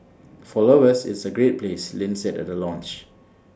for lovers it's A great place Lin said at the launch